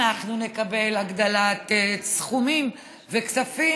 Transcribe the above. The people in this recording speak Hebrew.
אנחנו נקבל הגדלת סכומים וכספים.